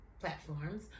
platforms